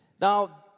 Now